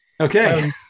Okay